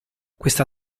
questa